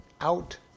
out